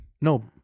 No